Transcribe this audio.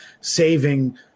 saving